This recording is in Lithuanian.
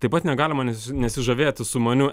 taip pat negalima nesižavėti sumaniu